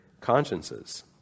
consciences